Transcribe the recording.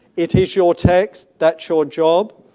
it is your text, that's your job.